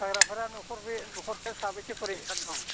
मोसाग्राफोरा नखरफे नखरसेआव साबेसे खरै सेयार दं